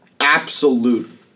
absolute